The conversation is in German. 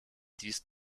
dies